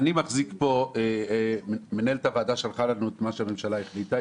אני מחזיק פה מנהלת הוועדה שלחה לנו את מה שהממשלה החליטה.